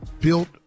built